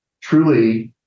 truly